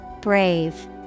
Brave